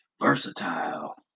Versatile